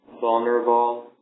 vulnerable